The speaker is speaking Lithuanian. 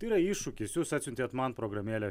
tai yra iššūkis jūs atsiuntėt man programėlę